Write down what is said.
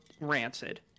rancid